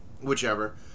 whichever